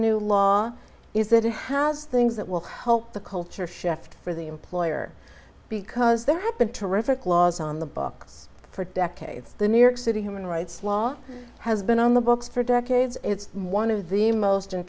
new law is that it has things that will help the culture shift for the employer because there have been terrific laws on the books for decades the new york city human rights law has been on the books for decades it's one of the most in